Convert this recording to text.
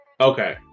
okay